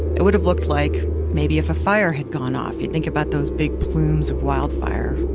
it would have looked like maybe if a fire had gone off. you think about those big plumes of wildfire,